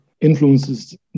influences